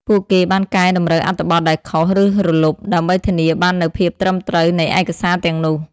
ពួកគេបានកែតម្រូវអត្ថបទដែលខុស ឬរលុប ដើម្បីធានាបាននូវភាពត្រឹមត្រូវនៃឯកសារទាំងនោះ។